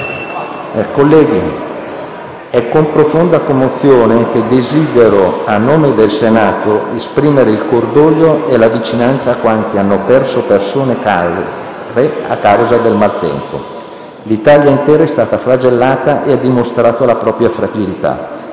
colleghi, è con profonda commozione che, a nome del Senato, desidero esprimere il cordoglio e la vicinanza a quanti hanno perso persone care a causa del maltempo. L'Italia intera è stata flagellata e ha dimostrato la propria fragilità,